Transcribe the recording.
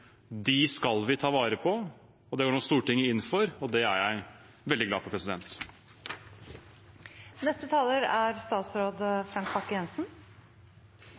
skal vi ta vare på. Det går nå Stortinget inn for, og det er jeg veldig glad for.